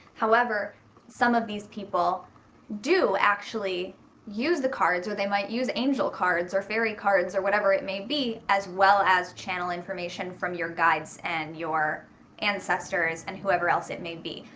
however some of these people do actually use the cards they might use angel cards or fairy cards or whatever it may be as well as channel information from your guides and your ancestors and whoever else it may be.